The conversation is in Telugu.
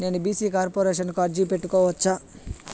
నేను బీ.సీ కార్పొరేషన్ కు అర్జీ పెట్టుకోవచ్చా?